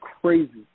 crazy